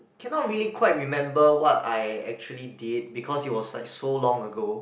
cannot really quite remember what I actually did because it was like so long ago